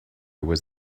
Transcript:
was